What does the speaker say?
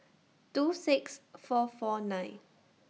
two six four four nine